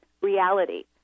reality